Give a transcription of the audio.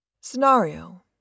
Scenario